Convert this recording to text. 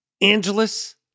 Angeles